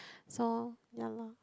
so ya loh